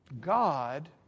God